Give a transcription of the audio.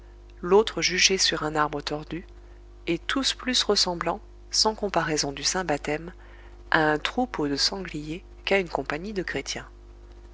l'autre juché sur un arbre tordu et tous plus ressemblants sans comparaison du saint baptême à un troupeau de sangliers qu'à une compagnie de chrétiens